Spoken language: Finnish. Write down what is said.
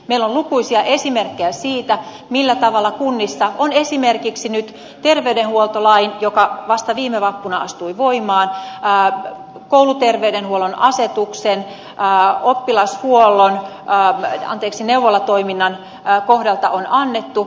meillä on lukuisia esimerkkejä siitä millä tavalla kunnissa on esimerkiksi nyt terveydenhuoltolain joka vasta viime vappuna astui voimaan kouluterveydenhuollon asetuksen neuvolatoiminnan kohdalta toimittu